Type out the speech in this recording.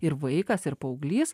ir vaikas ir paauglys